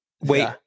Wait